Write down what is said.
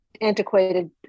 antiquated